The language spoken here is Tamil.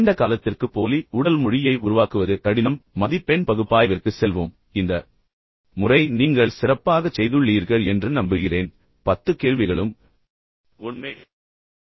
எனவே நீண்ட காலத்திற்கு போலி உடல் மொழியை உருவாக்குவது மிகவும் கடினம் உங்கள் மதிப்பெண் பகுப்பாய்விற்கு செல்வோம் இந்த முறை நீங்கள் சிறப்பாகச் செய்துள்ளீர்கள் என்று நம்புகிறேன் பத்து கேள்விகள் மட்டுமே உள்ளன அவை அனைத்தும் உண்மை